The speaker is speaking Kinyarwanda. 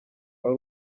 ari